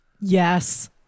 Yes